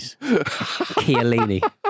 Chiellini